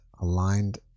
aligned